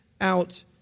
out